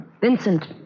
Vincent